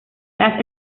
las